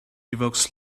evokes